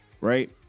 Right